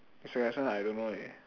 mister Ganesan I don't know leh